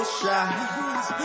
shots